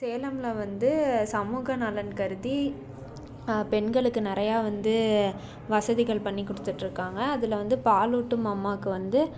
சேலம்ல வந்து சமூக நலன் கருதி பெண்களுக்கு நிறையா வந்து வசதிகள் பண்ணி கொடுத்துட்ருக்காங்க அதில் வந்து பாலூட்டும் அம்மாவுக்கு வந்து